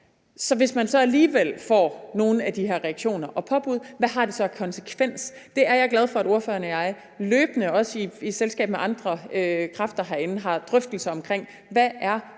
Så hvis man så alligevel får nogle af de her reaktioner og påbud, hvad har det så af konsekvens? Det er jeg glad for at ordføreren og jeg løbende og i selskab med andre kræfter herinde har drøftelser omkring. Hvad er bøderne?